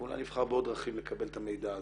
ואולי אני אבחר בעוד דרכים לקבל את המידע הזה,